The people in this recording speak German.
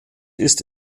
ist